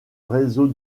réseau